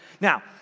Now